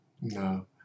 no